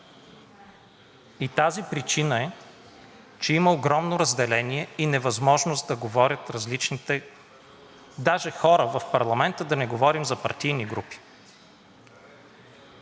и тази причина е, че има огромно разделение и невъзможност да говорят различните – даже хора в парламента, да не говоря за партийни групи.